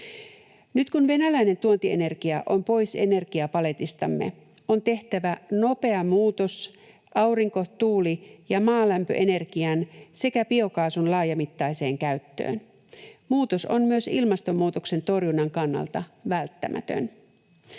Nyt kun venäläinen tuontienergia on pois energiapaletistamme, on tehtävä nopea muutos aurinko-, tuuli- ja maalämpöenergian sekä biokaasun laajamittaiseen käyttöön. Muutos on myös ilmastonmuutoksen torjunnan kannalta välttämätön.